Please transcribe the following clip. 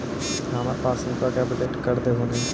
हमार पासबुकवा के अपडेट कर देहु ने?